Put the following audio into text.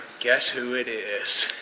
guess who it is.